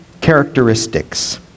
characteristics